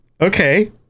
okay